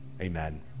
Amen